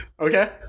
Okay